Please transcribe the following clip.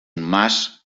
mas